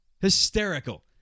Hysterical